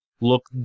look